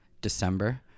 December